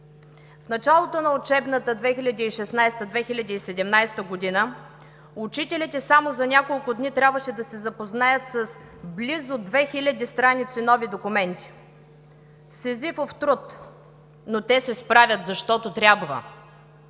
В началото на учебната 2016/2017 г. учителите само за няколко дни трябваше да се запознаят с близо 2 хил. страници нови документи – Сизифов труд, но те се справят, защото трябва.